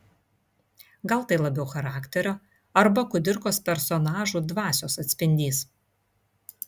gal tai labiau charakterio arba kudirkos personažų dvasios atspindys